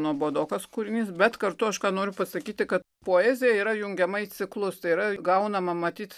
nuobodokas kūrinys bet kartu aš noriu pasakyti kad poezija yra jungiama į ciklus tai yra gaunama matyt